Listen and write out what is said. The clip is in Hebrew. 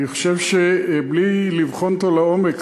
בלי לבחון אותו לעומק,